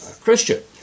Christian